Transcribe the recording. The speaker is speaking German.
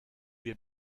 wir